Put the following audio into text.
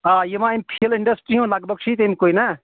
آ یِما اَمہِ فِل اِنڈسٹری ہُند لگ بَگ چھُ یہِ تمہِ کُی نا